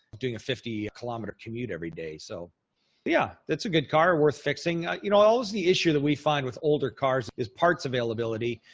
doing a fifty kilometre commute every day. so yeah, it's a good car. worth fixing. you know, always the issue that we find with older cars is parts availability.